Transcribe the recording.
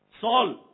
Saul